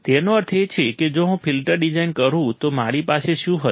તેનો અર્થ એ કે જો હું ફિલ્ટર ડિઝાઇન કરું તો મારી પાસે શું હશે